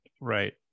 Right